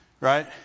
right